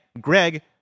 greg